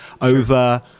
Over